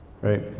right